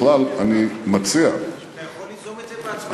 בכלל, אני מציע, אתה יכול ליזום את זה בעצמך.